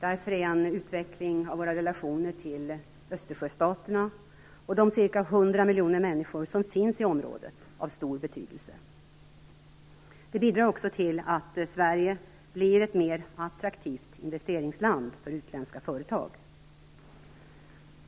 Därför är en utveckling av våra relationer till Östersjöstaterna och de ca 100 miljoner människor som finns i området av stor betydelse. Det bidrar också till att Sverige blir ett mer attraktivt investeringsland för utländska företag.